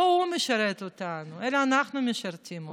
לא הוא משרת אותנו אלא אנחנו משרתים אותו?